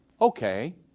Okay